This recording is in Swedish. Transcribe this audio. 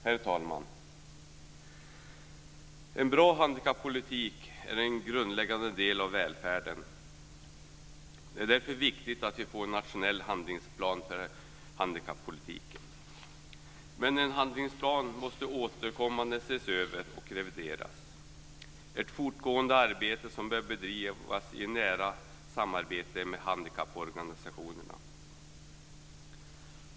Herr talman! En bra handikappolitik är en grundläggande del av välfärden. Det är därför viktigt att vi får en nationell handlingsplan för handikappolitiken. Men en handlingsplan måste återkommande ses över och revideras. Det är ett fortgående arbete som bör bedrivas i nära samarbete med handikapporganisationerna.